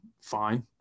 fine